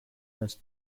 most